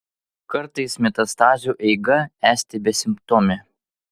kartais metastazių eiga esti besimptomė